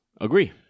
Agree